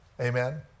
Amen